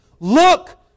Look